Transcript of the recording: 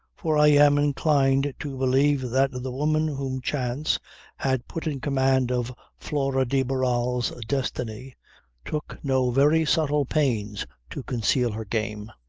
for i am inclined to believe that the woman whom chance had put in command of flora de barral's destiny took no very subtle pains to conceal her game.